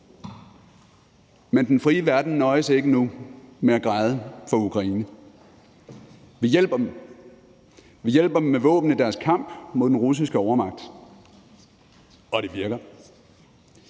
Men den frie verden nøjes ikke nu med at græde for Ukraine. Vi hjælper dem. Vi hjælper dem med våben i deres kamp mod den russiske overmagt, og det virker.